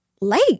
late